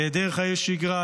היעדר חיי שגרה,